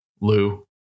Lou